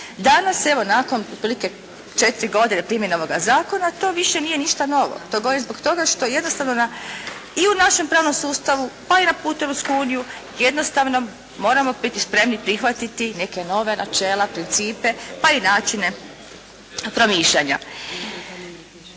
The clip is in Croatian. Danas evo nakon otprilike četiri godine primjene ovoga zakona to više nije ništa novo. To govorim zbog toga što jednostavno i u našem pravnom sustavu, pa i na putu u Europsku uniju jednostavno moramo biti spremni prihvatiti neka nova načela, principe pa i načine promišljanja.